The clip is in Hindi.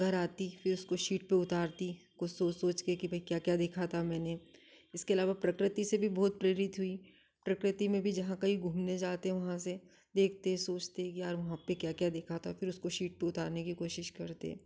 घर आती फ़िर उसको शीट पर उतारती कुछ सोच सोच के कि भई क्या क्या देखा था मैंने इसके अलावा प्रकृति से भी बहुत प्रेरित हुई प्रकृति में भी जहाँ कहीं घूमने जाते हैं वहाँ से देखते सोचते कि यार वहाँ पर क्या क्या देखा था फिर उसको शीट पर उतारने की कोशिश करते